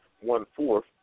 one-fourth